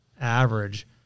average